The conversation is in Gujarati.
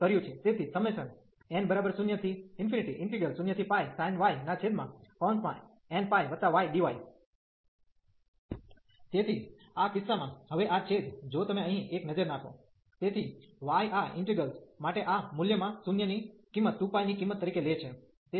તેથી n00sin y nπydy તેથી આ કિસ્સામાં હવે આ છેદ જો તમે અહીં એક નજર નાખો તેથી y આ ઇન્ટિગ્રેલ્સ માટે આ મૂલ્યમાં 0 ની કિંમત 2 π ની કિંમત તરીકે લે છે